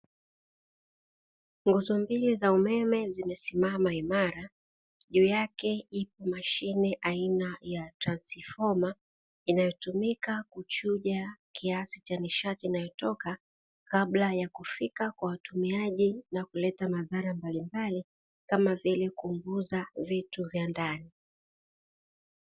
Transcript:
Nguzo mbili za umeme zimesimama imara. Juu yake ipo mashine aina ya transfoma inayotumika kuchuja kiasi cha nishati inayotoka kabla ya kufika kwa watumiaji na kuleta madhara mbalimbali, kama vile kuunguza vitu vya ndani.